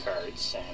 cards